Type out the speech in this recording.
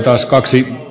kansa maksaa